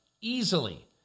easily